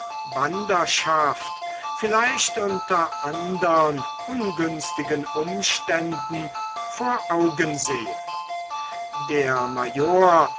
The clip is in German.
wanderschaft vielleicht unter andern ungünstigen umständen vor augen sehe der